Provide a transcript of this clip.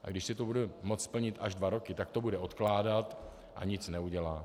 A když si to bude moct splnit až dva roky, tak to bude odkládat a nic neudělá.